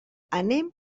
anem